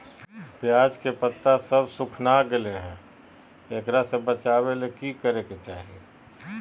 प्याज के पत्ता सब सुखना गेलै हैं, एकरा से बचाबे ले की करेके चाही?